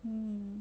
um